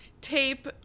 tape